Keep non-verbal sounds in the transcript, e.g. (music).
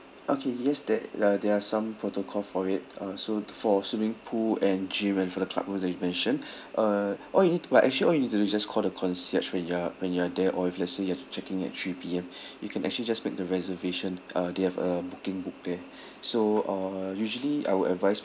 okay yes there uh there are some protocol for it uh so for swimming pool and gym and for the club room that you mention (breath) uh all you need to uh actually all you need to do just call the concierge when you are when you are there or if let's say you have checked in at three P_M (breath) you can actually just make the reservation uh they have a booking book there (breath) so uh usually I will advise